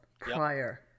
prior